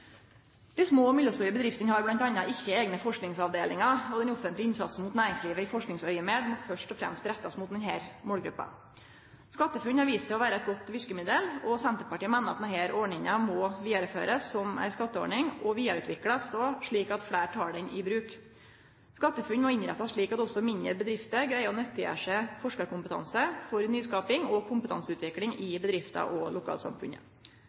Dei små og mellomstore bedriftene har bl.a. ikkje eigne forskingsavdelingar, og den offentlege innsatsen mot næringslivet i forskingsaugeméd må først og fremst rettast mot denne målgruppa. SkatteFUNN har vist seg å vere eit godt verkemiddel, og Senterpartiet meiner at denne ordninga må vidareførast som ei skatteordning og vidareutviklast slik at fleire tek ho i bruk. SkatteFUNN må innrettast slik at også mindre bedrifter greier å nyttiggjere seg forskarkompetanse for nyskaping og kompetanseutvikling i bedrifta og lokalsamfunnet.